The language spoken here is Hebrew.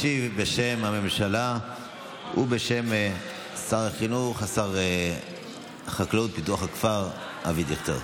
ישיב בשם הממשלה ובשם שר החינוך שר החקלאות ופיתוח הכפר אבי דיכטר.